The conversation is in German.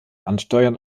ansteuern